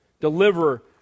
deliver